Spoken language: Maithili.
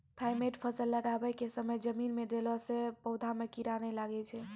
थाईमैट फ़सल लगाबै के समय जमीन मे देला से पौधा मे कीड़ा नैय लागै छै?